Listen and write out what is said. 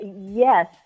yes